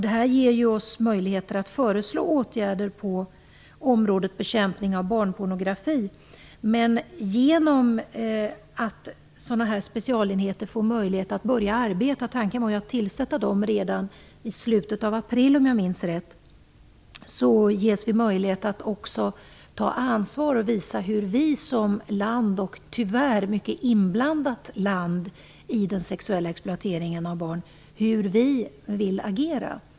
Det här ger oss möjligheter att föreslå åtgärder på området bekämpning av barnpornografi. Men genom att sådana här specialenheter får möjlighet att börja arbeta - tanken var ju att tillsätta dem redan i slutet av april, om jag minns rätt - kan vi ta ansvar och visa hur Sverige, tyvärr som ett mycket inblandat land när det gäller den sexuella exploateringen av barn, vill agera.